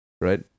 right